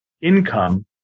income